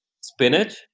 spinach